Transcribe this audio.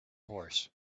horse